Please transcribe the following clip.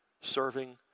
serving